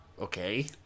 Okay